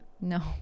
no